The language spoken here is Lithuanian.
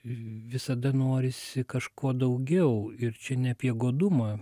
visada norisi kažko daugiau ir čia ne apie godumą